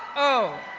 oh,